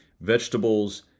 vegetables